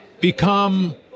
become